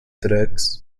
tracks